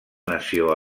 nació